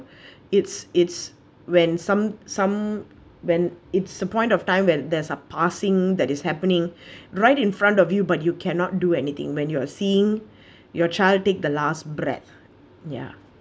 it's it's when some some when it's a point of time when there's are passing that is happening right in front of you but you cannot do anything when you're seeing your child take the last breath ya